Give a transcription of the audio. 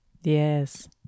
Yes